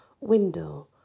window